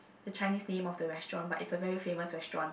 the Chinese name of the restaurant but it's a very famous restaurant